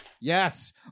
Yes